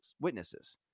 witnesses